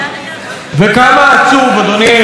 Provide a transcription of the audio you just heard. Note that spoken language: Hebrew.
וכמה עצוב, אדוני היושב-ראש,